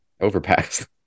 overpass